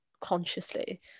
consciously